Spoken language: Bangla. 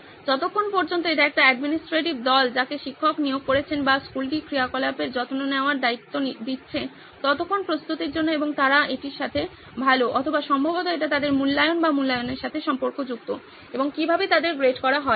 যতক্ষণ পর্যন্ত এটি একটি অ্যাডমিনিস্ট্রেটিভ দল যাকে শিক্ষক নিয়োগ করেছেন বা স্কুলটি এই ক্রিয়াকলাপের যত্ন নেওয়ার দায়িত্ব দিচ্ছে ততক্ষণ প্রস্তুতির জন্য এবং তারা এটির সাথে ভালো অথবা সম্ভবত এটি তাদের মূল্যায়ন বা মূল্যায়নের সাথে সম্পর্কযুক্ত এবং কিভাবে তাদের গ্রেড করা হয় এবং